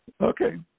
Okay